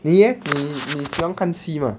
你 leh 你你你喜欢看戏 mah